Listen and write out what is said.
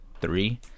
three